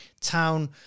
town